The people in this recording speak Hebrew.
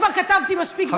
כבר כתבתי מספיק בעמוד שלי.